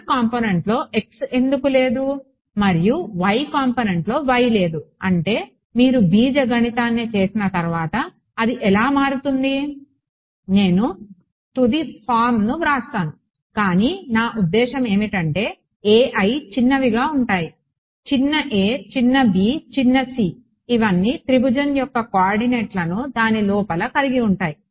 x కాంపోనెంట్లో x ఎందుకు లేదు మరియు y కాంపోనెంట్లో y లేదు అంటే మీరు బీజగణితాన్ని చేసిన తర్వాత అది ఎలా మారుతుంది నేను తుది ఫారమ్ను వ్రాస్తాను కానీ నా ఉద్దేశ్యం ఏమిటంటే చిన్నవిగా ఉంటాయి చిన్న a చిన్న b చిన్న c అవన్నీ త్రిభుజం యొక్క కోఆర్డినేట్లను దాని లోపల కలిగి ఉంటాయి